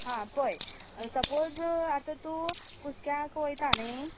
हां पळय सपाॅज आतां तूं कुस्क्यांक वयता न्ही